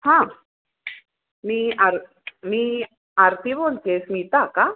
हां मी आर मी आरती बोलते आहे स्मिता का